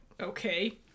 Okay